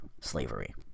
slavery